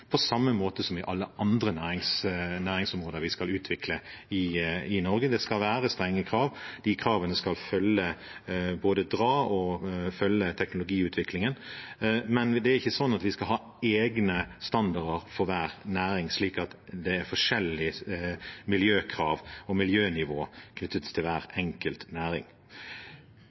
på samme måte som i alle andre næringsområder vi skal utvikle i Norge. Det skal være strenge krav. De kravene skal både dra og følge teknologiutviklingen. Men det er ikke sånn at vi skal ha egne standarder for hver næring, slik at det er forskjellige miljøkrav og miljønivåer knyttet til hver enkelt næring.